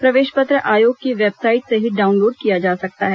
प्रवेश पत्र आयोग की वेबसाइट से ही डाउनलोड किया जा सकता है